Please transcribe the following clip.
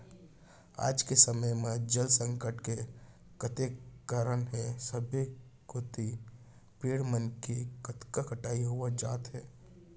आज के समे म जल संकट के कतेक कारन हे सबे कोइत पेड़ मन के कतका कटई होवत जात हे